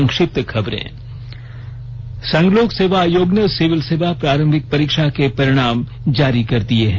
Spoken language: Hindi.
संक्षिप्त खबरें संघ लोक सेवा आयोग ने सिविल सेवा प्रारंभिक परीक्षा के परिणाम जारी कर दिए हैं